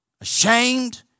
ashamed